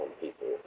people